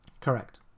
Correct